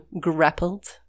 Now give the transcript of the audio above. grappled